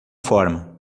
forma